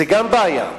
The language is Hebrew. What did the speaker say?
גם זו בעיה.